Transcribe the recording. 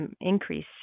increase